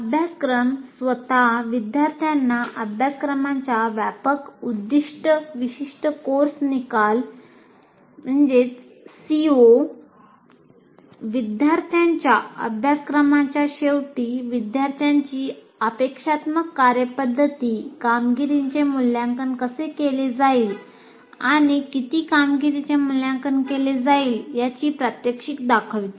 अभ्यासक्रम स्वतः विद्यार्थ्यांना अभ्यासक्रमाच्या व्यापक उद्दीष्ट विशिष्ट कोर्स निकाल विद्यार्थ्यांच्या अभ्यासक्रमाच्या शेवटी विद्यार्थ्यांची अपेक्षात्मक कार्यपद्धती कामगिरीचे मूल्यांकन कसे केले जाईल आणि किती कामगिरीचे मूल्यांकन केले जाईल याची प्रात्यक्षिक दाखवते